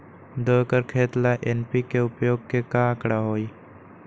दो एकर खेत ला एन.पी.के उपयोग के का आंकड़ा होई?